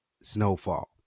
Snowfall